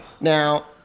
Now